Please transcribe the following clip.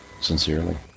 sincerely